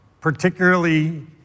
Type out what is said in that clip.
particularly